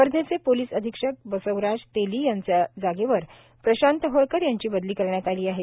वर्धेचे police अधिक्षक बसवराज तेली यांचे जागेवर प्रशांत होळकर यांची बदली करण्यात आली आहे